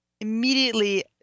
immediately